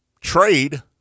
trade